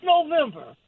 November